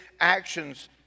actions